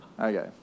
Okay